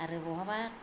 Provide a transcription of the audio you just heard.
आरो बहाबा